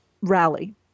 rally